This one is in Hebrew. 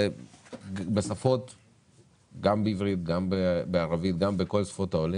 לעשות זאת גם בעברית, גם בערבית ובכל שפות העולים.